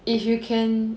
if you can